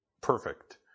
perfect